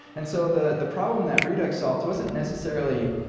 and so the the problem that redux solved wasn't necessarily